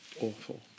awful